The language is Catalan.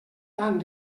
tant